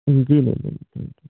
जी जी जी